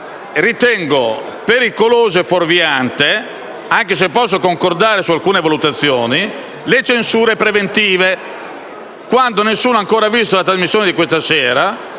Ritengo pericolose e fuorvianti, anche se posso concordare su alcune valutazioni, le censure preventive, quando nessuno ha ancora visto la trasmissione di questa sera